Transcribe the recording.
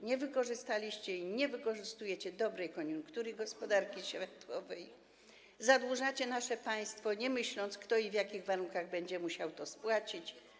Nie wykorzystaliście i nie wykorzystujecie dobrej koniunktury gospodarki światowej, zadłużacie nasze państwo, nie myśląc, kto i w jakich warunkach będzie musiał to spłacić.